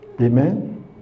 Amen